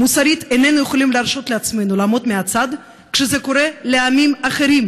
מוסרית איננו יכולים להרשות לעצמנו לעמוד מהצד כשזה קורה לעמים אחרים.